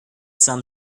some